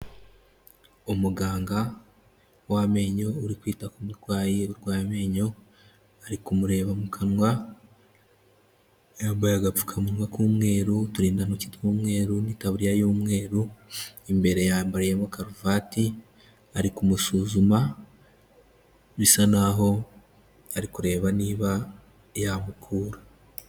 Umuganga wamenyo uri kwita ku murwayi urwaye amenyo ari kumureba mu kanwa, yambaye agapfukamunwa k'umweru, uturindantoki tw'umweru n'itaburiya y'umweru, imbere yambariyemo karuvati ari kumusuzuma bisa naho ari kureba niba yamukura.